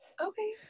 okay